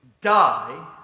die